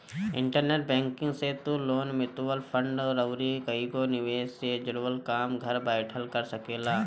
internet banking से तू loan, mutual fund अउरी कईगो निवेश से जुड़ल काम घर बैठल कर सकेला